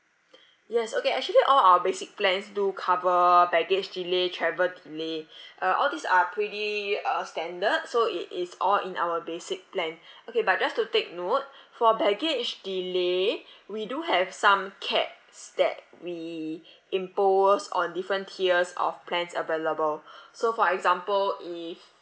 yes okay actually all our basic plans do cover baggage delay travel delay uh all these are pretty uh standard so it is all in our basic plan okay but just to take note for baggage delay we do have some caps that we impose on different tiers of plans available so for example if